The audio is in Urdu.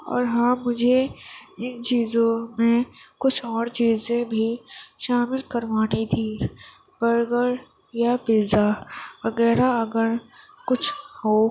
اور ہاں مجھے ان چیزوں میں کچھ اور چیزیں بھی شامل کروانی تھی برگر یا پیزا وغیرہ اگر کچھ ہو